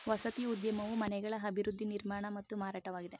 ವಸತಿ ಉದ್ಯಮವು ಮನೆಗಳ ಅಭಿವೃದ್ಧಿ ನಿರ್ಮಾಣ ಮತ್ತು ಮಾರಾಟವಾಗಿದೆ